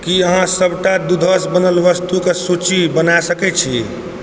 की अहाँ सबटा दूधसँ बनल वस्तुके सूची बना सकै छी